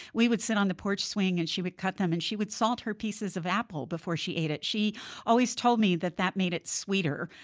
we would sit on the porch swing, and she would cut them, and she would salt her pieces of apple before she ate them. she always told me that that made it sweeter.